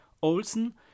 Olson